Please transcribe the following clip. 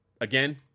again